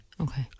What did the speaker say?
Okay